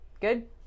Good